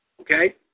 Okay